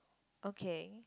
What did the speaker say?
okay